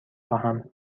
خواهم